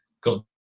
got